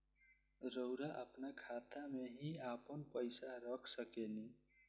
रउआ आपना खाता में ही आपन पईसा रख सकेनी